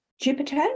Jupiter